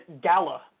gala